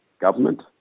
government